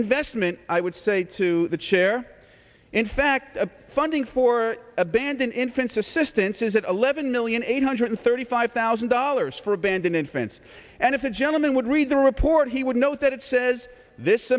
investment i would say to the chair in fact the funding for abandon infants assistance is at eleven million eight hundred thirty five thousand dollars for abandoned infants and if a gentleman would read the report he would note that it says this